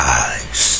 eyes